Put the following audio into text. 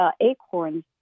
acorns